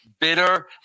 bitter